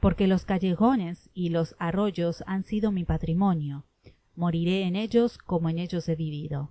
poique los callejones y los arroyos hán sido mi patrimonio moriré en ellos como en ellos he vivido